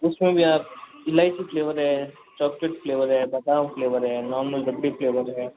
इसमें भैया इलायची फ्लेवर है चॉकलेट फ्लेवर है बदाम फ्लेवर है नॉर्मल डबी फ्लेवर है